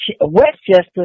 Westchester